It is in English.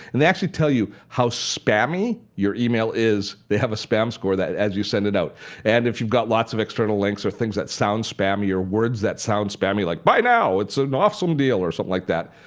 and they actually tell you how spammy your email is. they have a spam score as you send it out and if you've got lots of external links or things that sounds spammy or words that sound spammy like buy now it's an awesome deal or something so like that,